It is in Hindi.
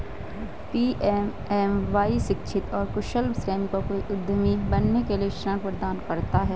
पी.एम.एम.वाई शिक्षित और कुशल श्रमिकों को उद्यमी बनने के लिए ऋण प्रदान करता है